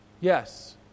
Yes